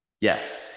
Yes